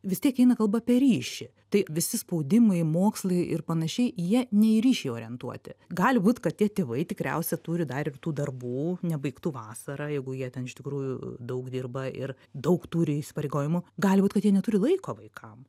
vis tiek eina kalba apie ryšį tai visi spaudimai mokslai ir panašiai jie ne į ryšį orientuoti gali būt kad tie tėvai tikriausia turi dar ir tų darbų nebaigtų vasarą jeigu jie ten iš tikrųjų daug dirba ir daug turi įsipareigojimų gali būt kad jie neturi laiko vaikam